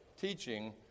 teaching